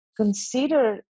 consider